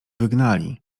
wygnali